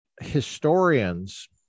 historians